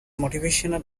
motivational